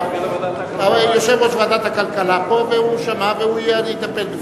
רבותי, 32 בעד, אין מתנגדים,